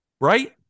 Right